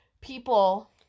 people